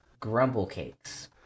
Grumblecakes